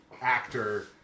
actor